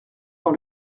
dans